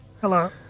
hello